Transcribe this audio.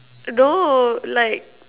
no like